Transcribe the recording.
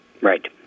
Right